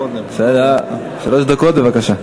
בבקשה.